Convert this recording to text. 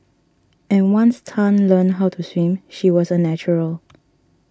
and once Tan learnt how to swim she was a natural